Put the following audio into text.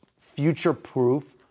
future-proof